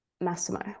Massimo